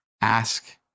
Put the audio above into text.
ask